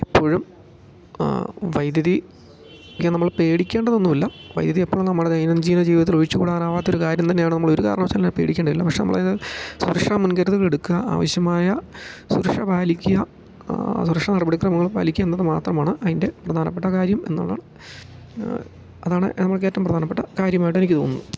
എപ്പോഴും വൈദ്യുതിക്ക് നമ്മൾ പേടിക്കേണ്ടതൊന്നുമില്ല വൈദ്യുതി എപ്പോഴും നമ്മുടെ ദൈനംജിന ജീവിതത്തിൽ ഒഴിച്ചുകൂടാനാവാത്ത ഒരു കാര്യം തന്നെയാണ് നമ്മൾ ഒരു കാരണവശാലും അതിനെ പേടിക്കേണ്ടതില്ല പക്ഷെ നമ്മൾ അത് സുരക്ഷ മുൻകരുതൽ എടുക്കാൻ ആവശ്യമായ സുരക്ഷ പാലിക്കാൻ സുരക്ഷ നടപടിക്രമങ്ങൾ പാലിക്കുക എന്നത് മാത്രമാണ് അതിൻ്റെ പ്രധാനപ്പെട്ട കാര്യം എന്നുള്ളത് അതാണ് നമുക്ക് ഏറ്റവും പ്രധാനപ്പെട്ട കാര്യമായിട്ട് എനിക്ക് തോന്നുന്നത്